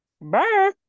Bye